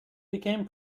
became